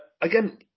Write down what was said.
again